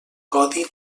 codi